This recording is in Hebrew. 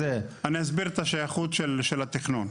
אני אסביר את השייכות של התכנון.